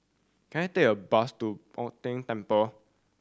can I take a bus to Bo Tien Temple